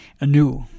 anew